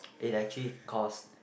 it actually cost